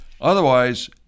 Otherwise